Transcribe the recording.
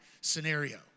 scenario